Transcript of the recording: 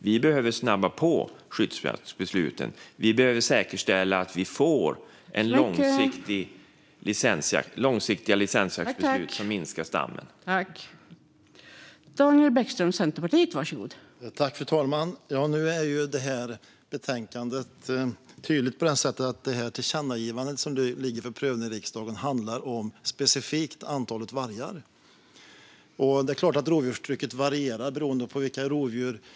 Vi behöver snabba på skyddsjaktsbesluten och säkerställa att vi får långsiktiga licensjaktsbeslut som minskar stammen.